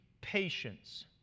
patience